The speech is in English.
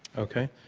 okay.